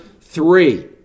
three